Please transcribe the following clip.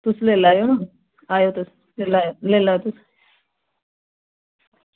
तुस आयो ना ते लेई लैयो तुस